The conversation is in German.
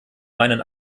meinen